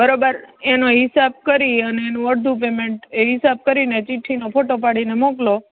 બરોબર એનો હિસાબ કરી અને એનું અડધું પેમેન્ટ એ હિસાબ કરીને ચિઠ્ઠીનો ફોટો પાડીને મોકલો